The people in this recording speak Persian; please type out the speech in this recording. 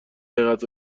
حقیقت